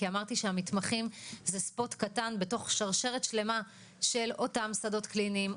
כי אמרתי שהמתמחים זה ספוט קטן בתוך שרשרת שלמה של אותם שדות קליניים,